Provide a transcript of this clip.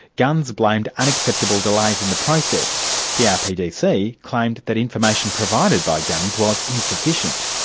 gunns blamed unacceptable delays in the process the rpdc claimed that information provided by gunns was insufficient.